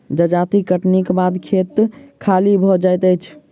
जजाति कटनीक बाद खेत खाली भ जाइत अछि